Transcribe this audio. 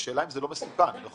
השאלה אם זה לא מסוכן שכל